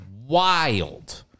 Wild